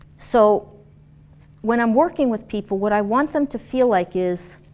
so when i'm working with people what i want them to feel like is,